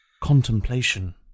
contemplation